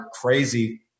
crazy